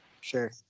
Sure